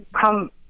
come